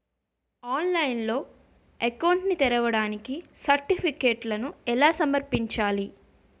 ఆన్లైన్లో అకౌంట్ ని తెరవడానికి సర్టిఫికెట్లను ఎలా సమర్పించాలి?